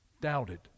doubted